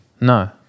No